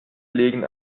legen